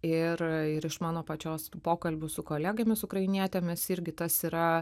ir ir iš mano pačios tų pokalbių su kolegėmis ukrainietėmis irgi tas yra